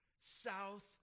south